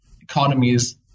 economies